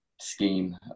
scheme